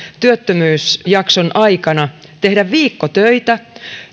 työttömyysjakson aikana tehdä viikko töitä